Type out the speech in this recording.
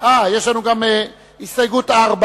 יש לנו גם הסתייגות 4: